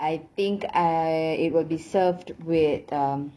I think I it will be served with um